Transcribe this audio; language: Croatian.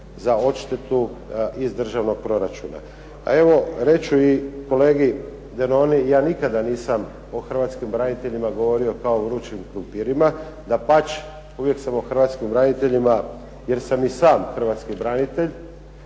za odštetu iz državnog proračuna. A evo reći ću i kolegi Denoni ja nikada nisam o hrvatskim braniteljima govorio kao o vrućim krumpirima. Dapače, uvijek sam o hrvatskim braniteljima jer sam i sam hrvatski branitelj